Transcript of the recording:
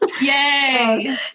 Yay